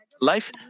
life